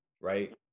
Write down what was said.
right